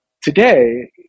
today